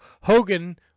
Hogan